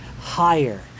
higher